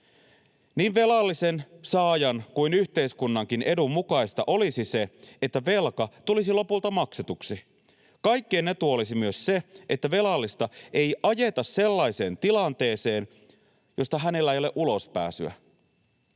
Niin velallisen, saajan kuin yhteiskunnankin edun mukaista olisi se, että velka tulisi lopulta maksetuksi. Kaikkien etu olisi myös se, että velallista ei ajeta sellaiseen tilanteeseen, josta hänellä ei ole ulospääsyä.